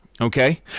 okay